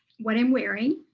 what i'm wearing.